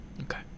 okay